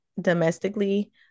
domestically